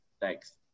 Thanks